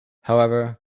however